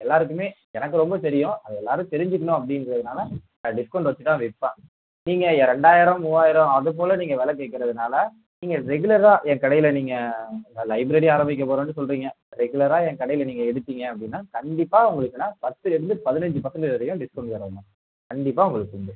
எல்லோருக்குமே எனக்கு ரொம்ப தெரியும் அது எல்லோரும் தெரிஞ்சுக்கிணும் அப்படிங்கிறதுனால நான் டிஸ்கௌண்ட் வெச்சு தான் விற்பேன் நீங்கள் ஏ ரெண்டாயிரம் மூவாயிரம் அது போல் நீங்கள் வெலை கேட்கறதுனால நீங்கள் ரெகுலராக என் கடையில் நீங்கள் நான் லைப்ரரி ஆரம்பிக்க போகிறேன்னு சொல்கிறீங்க ரெகுலராக என் கடையில் நீங்கள் எடுத்தீங்க அப்படின்னா கண்டிப்பாக உங்களுக்கு நான் பத்துலேருந்து பதினஞ்சு பர்சென்டேஜ் வரையும் டிஸ்கௌண்ட் தருவேன்மா கண்டிப்பாக உங்களுக்கு உண்டு